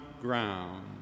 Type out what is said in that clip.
ground